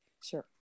sure